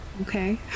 Okay